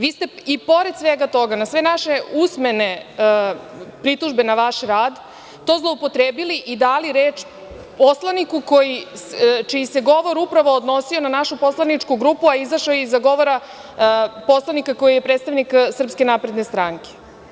Vi ste i pored svega toga, na sve naše usmene pritužbe na vaš rad to zloupotrebili i dali reč poslaniku čiji se govor upravo odnosio na našu poslaničku grupu, a izašao je iza govora poslanika koji je predstavnik SNS.